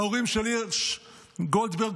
ההורים של הירש גולדברג-פולין: